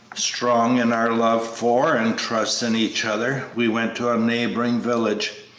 strong in our love for and trust in each other, we went to a neighboring village,